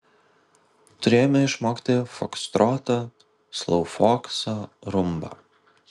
turėjome išmokti fokstrotą sloufoksą rumbą